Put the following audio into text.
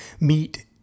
meet